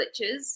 glitches